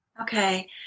Okay